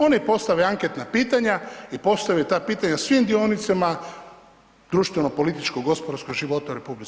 Oni postave anketna pitanja i postave ta pitanja svim dionicima društveno političkog gospodarskog života u RH.